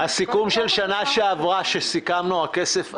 רות, הסיכום של שנה שעברה, שסיכמנו, הכסף עבר.